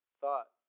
thought